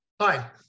Hi